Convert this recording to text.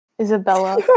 Isabella